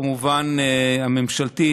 כמובן הממשלתית,